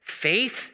faith